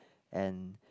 and